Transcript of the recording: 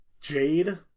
Jade